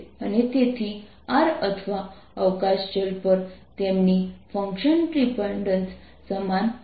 અને તેથી r અથવા અવકાશ ચલ પર તેમની ફંકશનલ ડિપેન્ડેન્સ સમાન હતી